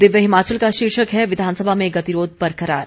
दिव्य हिमाचल का शीर्षक है विधानसभा में गतिरोध बरकरार